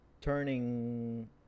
turning